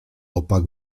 opak